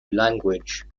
language